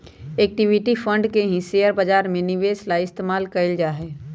equity fund के ही share बाजार में निवेश ला इस्तेमाल कइल जाहई